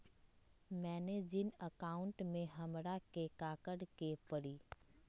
मैंने जिन अकाउंट में हमरा के काकड़ के परी?